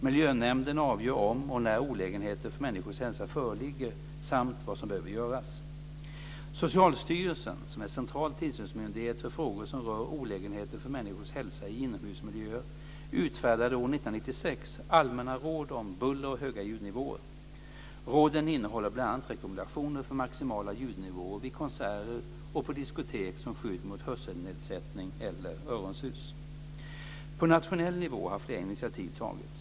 Miljönämnden avgör om och när olägenheter för människors hälsa föreligger samt vad som behöver göras. Socialstyrelsen, som är central tillsynsmyndighet för frågor som rör olägenheter för människors hälsa i inomhusmiljöer, utfärdade år 1996 allmänna råd om buller och höga ljudnivåer . Råden innehåller bl.a. rekommendationer för maximala ljudnivåer vid konserter och på diskotek som skydd mot hörselnedsättning eller öronsus. På nationell nivå har flera initiativ tagits.